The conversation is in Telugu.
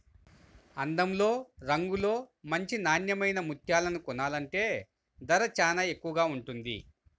అందంలో, రంగులో మంచి నాన్నెమైన ముత్యాలను కొనాలంటే ధర చానా ఎక్కువగా ఉంటది